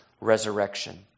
resurrection